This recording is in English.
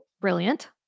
Brilliant